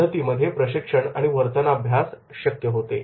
पद्धतीमध्ये प्रशिक्षणआणि वर्तनाभ्यास शक्य होते